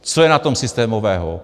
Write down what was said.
Co je na tom systémového?